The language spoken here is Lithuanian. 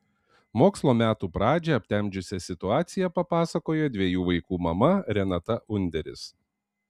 mokslo metų pradžią aptemdžiusią situaciją papasakojo dviejų vaikų mama renata underis